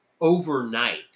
overnight